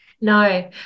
No